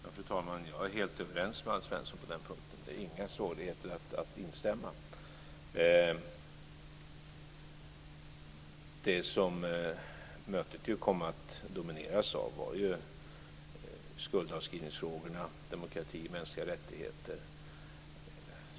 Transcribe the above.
Fru talman! Jag är helt överens med Alf Svensson på den punkten. Det är inga svårigheter att instämma. Det som mötet ju kom att domineras av var ju skuldavskrivningsfrågorna, demokrati och mänskliga rättigheter.